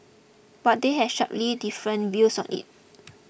but they have sharply different views on it